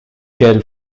qu’elle